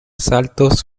saltos